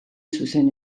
zuzen